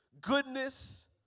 goodness